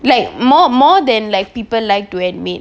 like more more than like people like to admit